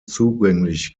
zugänglich